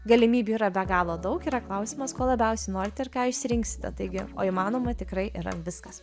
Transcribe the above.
galimybių yra be galo daug yra klausimas ko labiausiai norite ir ką išsirinksite taigi o įmanoma tikrai yra viskas